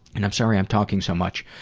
and i'm sorry i'm talking so much,